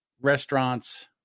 restaurant's